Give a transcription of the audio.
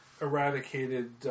eradicated